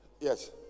Yes